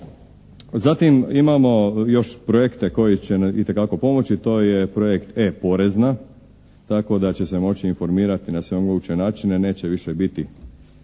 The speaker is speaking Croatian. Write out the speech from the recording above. Zatim imamo još projekte koji će itekako pomoći, to je projekt E-porezna, tako da će se moći informirati na sve moguće načine, neće više biti